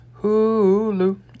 Hulu